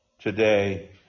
today